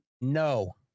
No